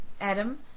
Adam